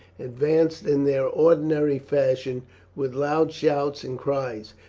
advanced in their ordinary fashion with loud shouts and cries,